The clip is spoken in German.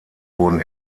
wurden